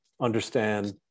understand